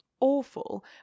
awful